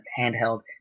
handheld